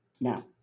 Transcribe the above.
Now